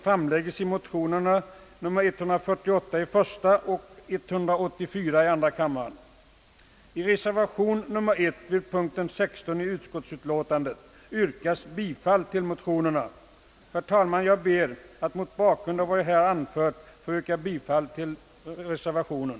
Jag ber att mot bakgrund av det nu anförda få yrka bifall till reservationen.